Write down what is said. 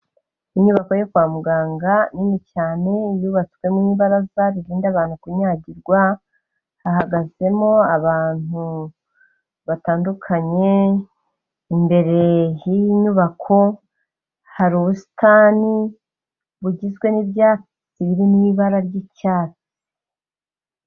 Inyubako yo kwa muganga nini cyane, yubatswemo ibaraza ririnda abantu kunyagirwa, hahagazemo abantu batandukanye, imbere h'iy'inyubako, hari ubusitani bugizwe n'ibyatsi biri mu ibara ry'icyatsi.